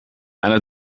einer